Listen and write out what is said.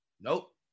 Nope